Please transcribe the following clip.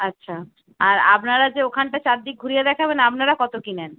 আচ্ছা আর আপনারা যে ওখানটা চারদিক ঘুরিয়ে দেখাবেন আপনারা কত কী নেন